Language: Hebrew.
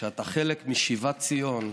שאתה חלק משיבת ציון,